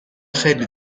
خیلی